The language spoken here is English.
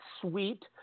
sweet